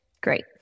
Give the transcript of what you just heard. great